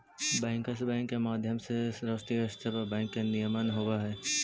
bankers bank के माध्यम से राष्ट्रीय स्तर पर बैंक के नियमन होवऽ हइ